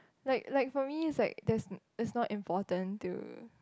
like like for me is like there's is not important to